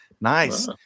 nice